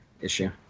issue